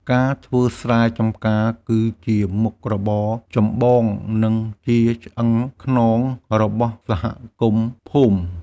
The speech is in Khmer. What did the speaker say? ការធ្វើស្រែចម្ការគឺជាមុខរបរចម្បង និងជាឆ្អឹងខ្នងរបស់សហគមន៍ភូមិ។